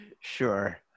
Sure